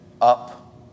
up